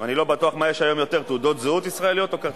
חבר הכנסת כרמל שאמה-הכהן.